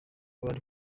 abari